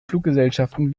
fluggesellschaften